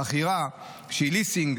חכירה שהיא ליסינג,